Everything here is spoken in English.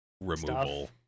removal